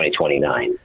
2029